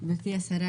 יש שקף